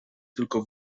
tylko